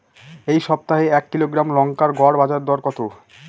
এই সপ্তাহে এক কিলোগ্রাম লঙ্কার গড় বাজার দর কত?